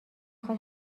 خواد